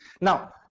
Now